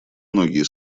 многие